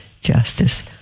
justice